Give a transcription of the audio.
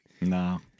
No